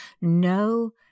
no